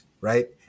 right